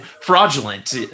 fraudulent